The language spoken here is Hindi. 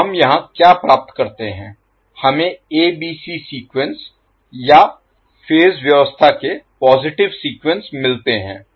तो हम यहां क्या प्राप्त करते हैं हमें एबीसी सीक्वेंस या फेज व्यवस्था के पॉजिटिव सीक्वेंस मिलते हैं